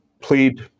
plead